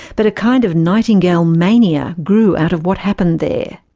but a kind of nightingale mania grew out of what happened there.